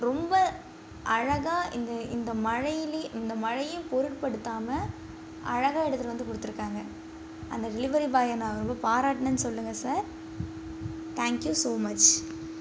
ரொம்ப அழகாக இந்த இந்த மழையில் இந்த மழையும் பொருட்படுத்தாமல் அழகாக எடுத்துகிட்டு வந்து கொடுத்துருக்காங்க அந்த டெலிவரி பாயை நான் ரொம்ப பாராட்டினேன்னு சொல்லுங்க சார் தேங்க்யூ ஸோ மச்